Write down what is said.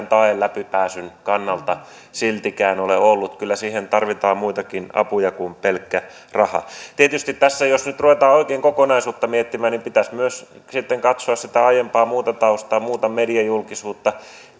tae läpipääsyn kannalta siltikään ole ollut kyllä siihen tarvitaan muitakin apuja kuin pelkkä raha tietysti jos tässä nyt ruvetaan oikein kokonaisuutta miettimään niin pitäisi myös sitten katsoa sitä aiempaa muuta taustaa muuta mediajulkisuutta